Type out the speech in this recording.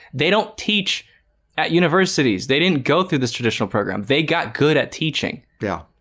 they don't teach at universities. they didn't go through this traditional program they got good at teaching. yeah,